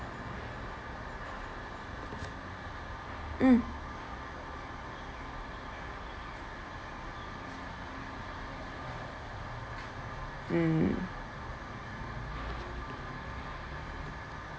mm mm